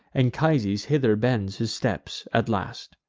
anchises hither bends his steps at last.